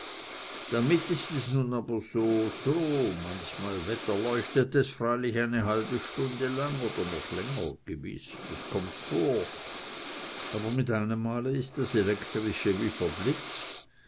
damit ist es nun aber soso manchmal wetterleuchtet es freilich eine halbe stunde lang oder auch noch länger gewiß das kommt vor aber mit einem mal ist das elektrische wie verblitzt